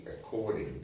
according